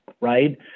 right